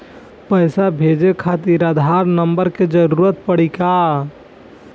पैसे भेजे खातिर आधार नंबर के जरूरत पड़ी का?